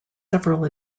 several